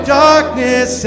darkness